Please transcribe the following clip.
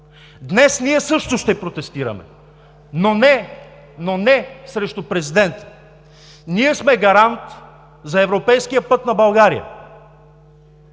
Днес ние също ще протестираме, но не срещу президента! Ние сме гарант за европейския път на България!